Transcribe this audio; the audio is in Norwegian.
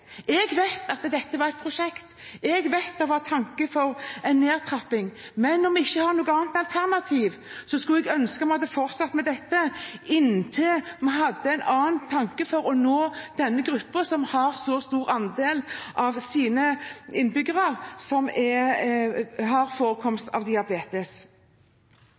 Jeg vet at dette var et prosjekt, jeg vet at tanken var en nedtrapping, men når vi ikke har noe annet alternativ, skulle jeg ønske vi hadde fortsatt med dette inntil vi hadde en annen måte å nå denne gruppen på, der det er forekomst av diabetes hos en så stor andel av innbyggerne. Så er